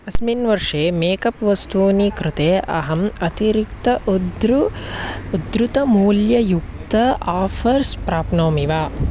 अस्मिन् वर्षे मेकप् वस्तूनि कृते अहम् अतिरिक्त उद्रु उदृतमूल्ययुक्त आफ़र्स् प्राप्नोमि वा